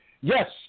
yes